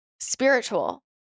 spiritual